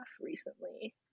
recently